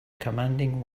commanding